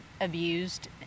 abused